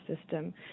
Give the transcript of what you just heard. system